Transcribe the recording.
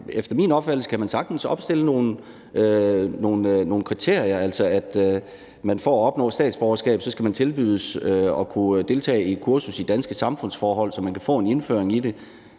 efter min opfattelse sagtens kan opstilles nogle kriterier, altså at man for at opnå statsborgerskab skal tilbydes at kunne deltage i et kursus i danske samfundsforhold, så man kan få en indføring i det.